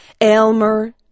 Aylmer